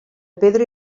pedra